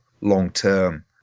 long-term